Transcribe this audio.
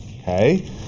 okay